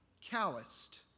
calloused